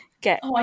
get